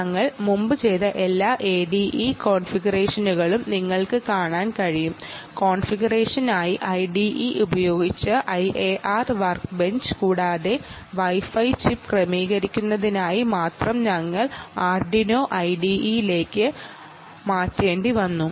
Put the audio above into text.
ഞങ്ങൾ മുമ്പ് ചെയ്ത എല്ലാ ADE കോൺഫിഗറേഷനുകളുംഇപ്പോൾനിങ്ങൾക്ക് കാണാൻ കഴിയും കോൺഫിഗറേഷനായി IDE ഉപയോഗിച്ച IAR workbench Wi Fi ചിപ്പ് ക്രമീകരിക്കുന്നതിനായി ഞങ്ങൾ arduino IDE ലേക്ക് മാറ്റേണ്ടി വന്നു